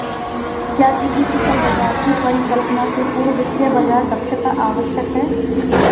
क्या किसी कुशल बाजार की परिकल्पना से पूर्व वित्तीय बाजार दक्षता आवश्यक है?